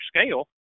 scale